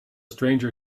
stranger